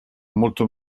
molto